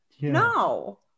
No